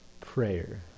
Prayer